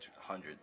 hundreds